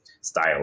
style